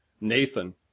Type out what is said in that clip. Nathan